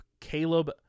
Caleb